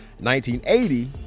1980